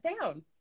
down